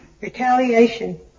retaliation